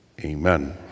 Amen